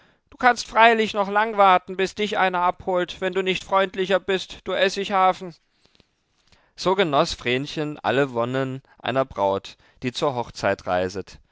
du kannst freilich noch lang warten bis dich einer abholt wenn du nicht freundlicher bist du essighafen so genoß vrenchen alle wonnen einer braut die zur hochzeit reiset